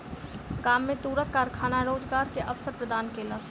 गाम में तूरक कारखाना रोजगार के अवसर प्रदान केलक